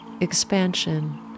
expansion